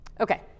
Okay